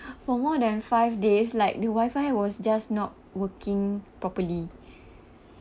for more than five days like the wifi was just not working properly